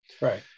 right